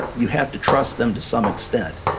you have to trust them to some extent.